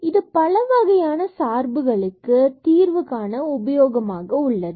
இது பலவகையான சார்புக்கு டிஃபரன்ஸ்சியபிலிடி தீர்வு காண உபயோகமாக உள்ளது